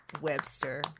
Webster